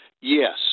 Yes